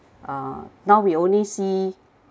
uh now we only see